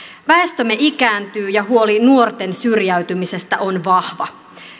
väestömme ikääntyy ja huoli nuorten syrjäytymisestä on vahva